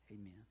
Amen